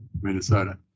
Minnesota